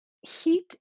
Heat